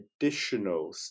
additional